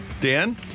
Dan